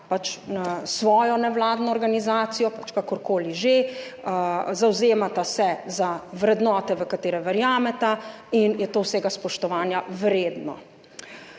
svojo nevladno organizacijo pač, kakorkoli že, zavzemata se za vrednote v katere verjameta in je to vsega spoštovanja vredno.